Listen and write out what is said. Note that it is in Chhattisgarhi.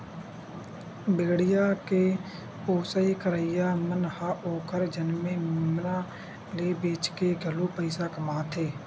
भेड़िया के पोसई करइया मन ह ओखर जनमे मेमना ल बेचके घलो पइसा कमाथे